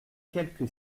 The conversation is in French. quelque